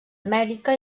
amèrica